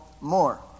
more